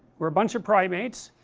we are a bunch of primates